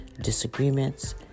disagreements